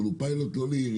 אבל הוא פיילוט לא לעירייה,